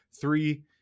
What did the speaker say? three